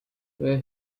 where